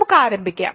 നമുക്ക് ആരംഭിക്കാം